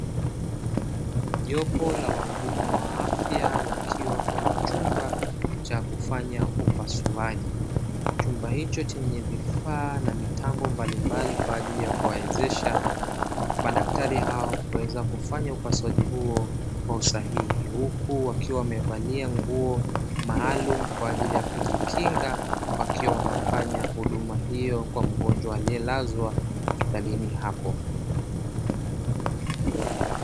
Jopo la wahudumu wa afya, wakiwa kwenye chumba cha kufanya upasuaji. Chumba hicho chenye vifaa na mitambo mbalimbali kwa ajili ya kuwawezesha madaktari hao kuweza kufanya upasuaji huo kwa usahihi. Huku wakiwa wamevalia nguo maalumu kwa ajili ya kujikinga, wakiwa wanafanya huduma hiyo kwa mgonjwa alielazwa hospitalini hapo.